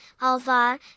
Alvar